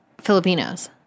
Filipinos